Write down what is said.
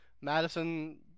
Madison